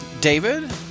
David